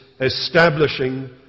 establishing